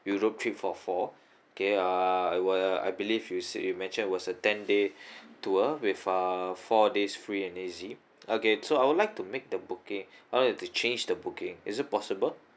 europe trip for four K uh I were I believe you said you mentioned was a ten day tour with uh four days free and easy okay so I would like to make the booking but I want to change the booking is it possible